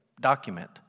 document